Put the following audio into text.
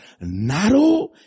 narrow